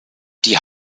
die